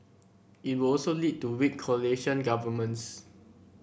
it would also lead to weak coalition governments